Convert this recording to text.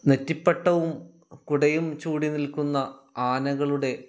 നെറ്റിപ്പട്ടവും കുടയും ചൂടി നിൽക്കുന്ന ആനകളുടെ